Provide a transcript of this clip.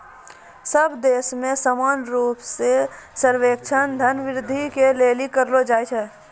सब देश मे समान रूप से सर्वेक्षण धन वृद्धि के लिली करलो जाय छै